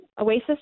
Oasis